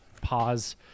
pause